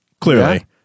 clearly